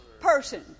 person